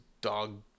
dog